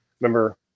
remember